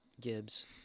Gibbs